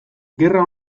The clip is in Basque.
gerra